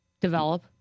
Develop